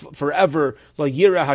forever